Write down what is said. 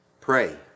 Pray